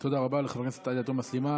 תודה רבה לחברת הכנסת עאידה תומא סלימאן.